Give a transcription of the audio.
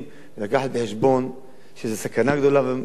להביא בחשבון שזה סכנה גדולה מאוד,